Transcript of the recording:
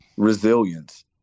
resilience